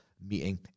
meeting